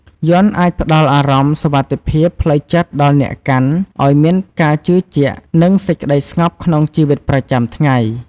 យន្តអាចផ្ដល់អារម្មណ៍សុវត្ថិភាពផ្លូវចិត្តដល់អ្នកកាន់ ឲ្យមានការជឿជាក់ និងសេចក្តីស្ងប់ក្នុងជីវិតប្រចាំថ្ងៃ។